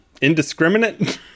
indiscriminate